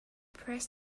press